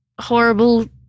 horrible